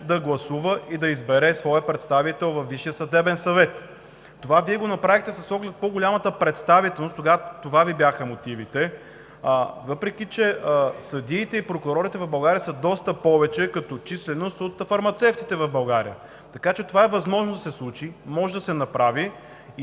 да гласува и да избере своя представител във Висшия съдебен съвет. Това го направихте с оглед на по-голямата представителност, това бяха мотивите Ви, въпреки че съдиите и прокурорите в България са доста повече като численост от фармацевтите. Това е възможно да се случи, може да се направи,